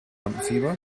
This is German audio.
lampenfieber